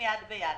יד ביד,